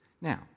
Now